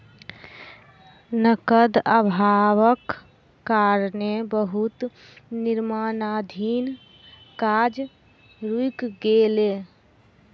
नकद अभावक कारणें बहुत निर्माणाधीन काज रुइक गेलै